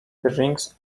drinks